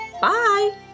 Bye